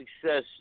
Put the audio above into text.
success